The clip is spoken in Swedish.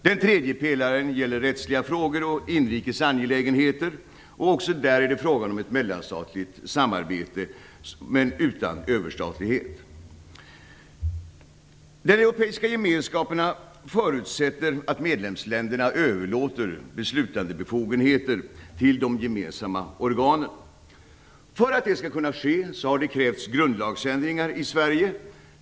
Den tredje pelaren gäller rättsliga frågor och inrikes angelägenheter. Också där är det fråga om ett mellanstatligt samarbete men utan överstatlighet. De europeiska gemenskaperna förutsätter att medlemsländerna överlåter beslutandebefogenheter till de gemensamma organen. För att det skall kunna ske har det krävts grundlagsändringar i Sverige.